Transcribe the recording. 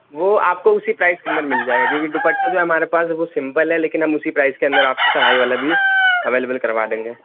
وہ آپ کو اسی پرائز کے اندر مل جائے گا کیونکہ دوپٹہ جو ہے ہمارے پاس سیمپل ہے لیکن ہم اسی پرائز میں آپ کو کڑھائی والا بھی اویلیبل کروا دیں گے